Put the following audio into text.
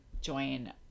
join